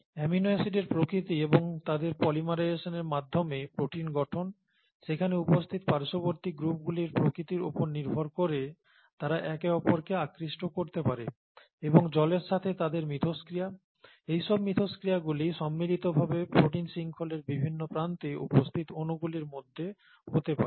amino অ্যাসিডের প্রকৃতি এবং তাদের পলিমারাইজেশনের মাধ্যমে প্রোটিন গঠন সেখানে উপস্থিত পার্শ্ববর্তী গ্রুপগুলির প্রকৃতির ওপর নির্ভর করে তারা একে অপরকে আকৃষ্ট করতে পারে এবং জলের সাথে তাদের মিথস্ক্রিয়া এইসব মিথস্ক্রিয়াগুলি সম্মিলিতভাবে প্রোটিন শৃংখলের বিভিন্ন প্রান্তে উপস্থিত অনুগুলির মধ্যে হতে পারে